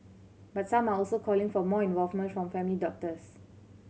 but some are also calling for more involvement from family doctors